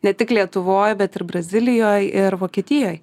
ne tik lietuvoj bet ir brazilijoj ir vokietijoj